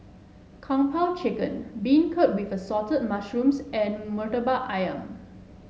Kung Po Chicken Beancurd with Assorted Mushrooms and Murtabak ayam